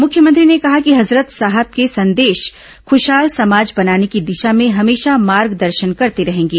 मुख्यमंत्री ने कहा कि हजरत साहब के संदेश ख्रशहाल समाज बनाने की दिशा में हमेशा मार्गदर्शन करते रहेंगे